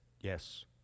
yes